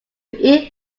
eat